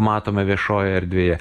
matome viešojoje erdvėje